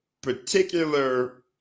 particular